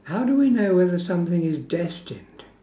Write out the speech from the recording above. how do we know whether something is destined